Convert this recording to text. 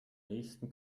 nächsten